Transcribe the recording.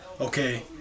okay